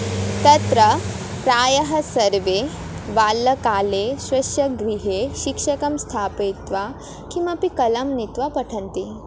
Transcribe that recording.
तत्र प्रायः सर्वे बाल्यकाले स्वस्यगृहे शिक्षकं स्थापयित्वा किमपि कलां नीत्वा पठन्ति